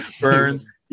Burns